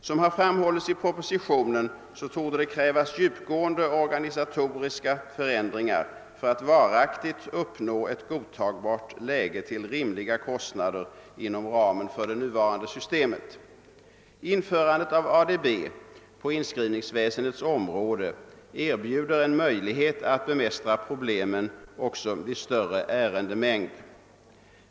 Som framhållits i propositionen torde det krävas djupgående organisatoriska förändringar för att varaktigt upp nå ett godtagbart läge till rimliga kostnader inom ramen för det nuvarande systemet. Införandet av ADB på inskrivningsväsendets område erbjuder en möjlighet att bemästra problemen även vid större ärendemängd.